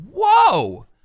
whoa